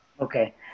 Okay